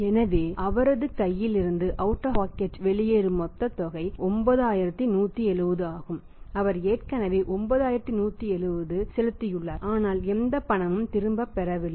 எனவே அவரது கையிலிருந்து வெளியேறும் மொத்த தொகை 9170 ஆகும் அவர் ஏற்கனவே 9170 செலுத்தியுள்ளார் ஆனால் எந்த பணமும் திரும்பப்பெறவில்லை